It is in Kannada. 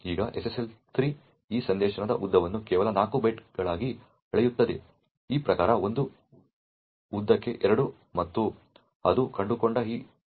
ಈಗ SSL 3 ಈ ಸಂದೇಶದ ಉದ್ದವನ್ನು ಕೇವಲ 4 ಬೈಟ್ಗಳಾಗಿ ಅಳೆಯುತ್ತದೆ ಈ ಪ್ರಕಾರಕ್ಕೆ 1 ಉದ್ದಕ್ಕೆ 2 ಮತ್ತು ಅದು ಕಂಡುಕೊಂಡ ಈ ಡೇಟಾಗೆ 1